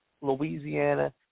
Louisiana